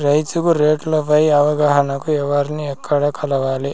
రైతుకు రేట్లు పై అవగాహనకు ఎవర్ని ఎక్కడ కలవాలి?